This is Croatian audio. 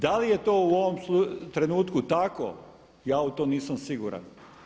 Da li je to u ovom trenutku tako, ja u to nisam siguran.